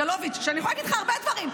סגלוביץ' אני יכולה להגיד לך הרבה דברים,